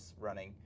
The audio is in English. running